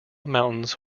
mountains